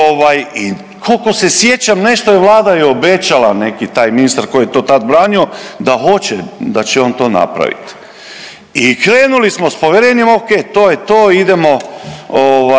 koliko se sjećam, nešto je Vlada i obećala, neki taj ministar koji je to tad branio, da hoće, da će on to napraviti i krenuli s povjerenjem, okej, to je to, idemo ovaj,